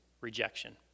rejection